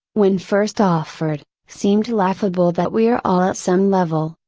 when first offered, seemed laughable that we are all at some level,